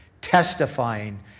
testifying